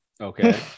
Okay